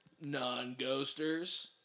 non-ghosters